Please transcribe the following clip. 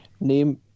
name